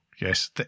yes